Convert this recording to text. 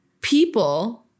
people